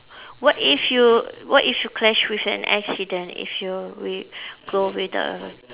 what if you what if you clash with an accident if you we go without a